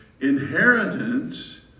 inheritance